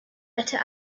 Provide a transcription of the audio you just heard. better